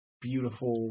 beautiful